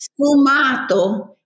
sfumato